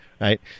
right